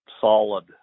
solid